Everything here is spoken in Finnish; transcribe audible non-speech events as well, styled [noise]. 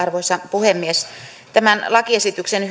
puhemies tämän lakiesityksen [unintelligible]